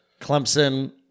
Clemson